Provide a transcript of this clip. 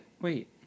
Wait